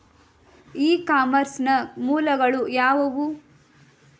E commerce ನ ಮೂಲಗಳು ಯಾವುವು?